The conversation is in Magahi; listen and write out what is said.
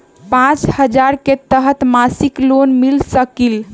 पाँच हजार के तहत मासिक लोन मिल सकील?